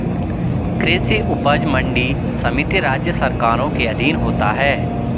कृषि उपज मंडी समिति राज्य सरकारों के अधीन होता है